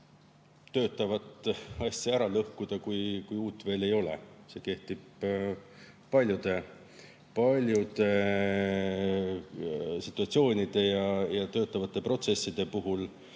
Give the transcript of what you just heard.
töötavat asja ära lõhkuda, kui uut veel ei ole. See kehtib paljude situatsioonide ja [toimivate] protsesside puhul.